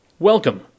Welcome